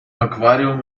aquarium